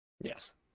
Yes